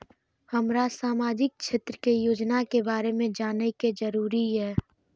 हमरा सामाजिक क्षेत्र के योजना के बारे में जानय के जरुरत ये?